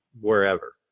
wherever